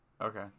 Okay